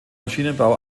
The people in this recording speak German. maschinenbau